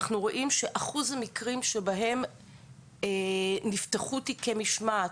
אנחנו רואים שאחוז המקרים שבהם נפתחו תיקי משמעת,